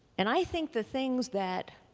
and i think the things that